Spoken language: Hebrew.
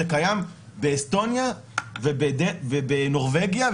זה קיים באסטוניה ובנורבגיה,